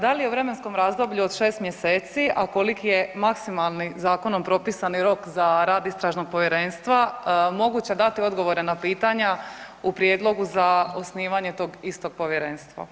Da li u vremenskom razdoblju od 6 mjeseci, a koliki je maksimalni zakonom propisani rok za rad istražnog povjerenstva moguće dati odgovore na pitanja u prijedlogu za osnivanje tog istog povjerenstva.